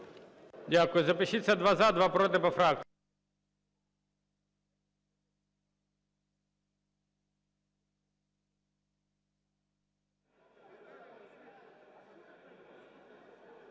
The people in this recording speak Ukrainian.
Дякую. Запишіться: два – за, два – проти по фракціям.